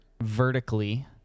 vertically